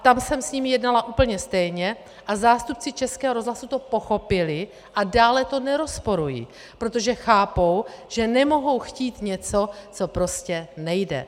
Tam jsem s nimi jednala úplně stejně a zástupci Českého rozhlasu to pochopili a dále to nerozporují, protože chápou, že nemohou chtít něco, co prostě nejde.